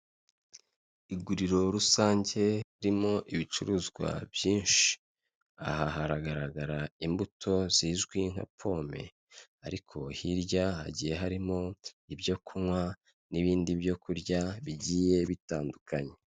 Iguriro rusange, ririmo ibicuruzwa byinshi. Aha hagaragara imbuto zizwi nka pome, ariko hirya hagiye harimo ibyo kunywa n'ibindi byo kurya bigiye bitandukanye.